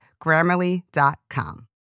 Grammarly.com